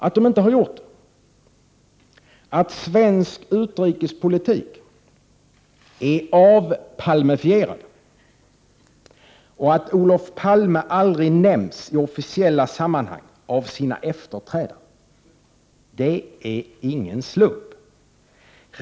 Att de inte har gjort det, att svensk utrikespolitik är avpalmefierad och att Olof Palme aldrig nämns i officiella sammanhang av sina efterträdare är ingen slump.